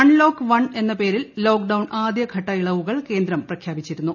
unlock one എന്ന പേരിൽ lockdown ആദ്യഘട്ട ഇളവുകൾ കേന്ദ്രം പ്രഖ്യാപിച്ചിരുന്നു